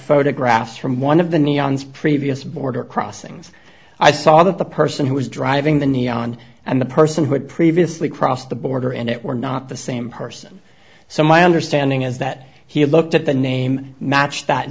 photograph from one of the neons previous border crossings i saw the person who was driving the neon and the person who had previously crossed the border and it were not the same person so my understanding is that he had looked at the name matched that